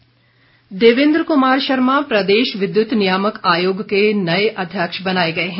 शपथ देवेन्द्र कुमार शर्मा प्रदेश विद्युत नियामक आयोग के नए अध्यक्ष बनाए गए हैं